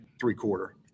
three-quarter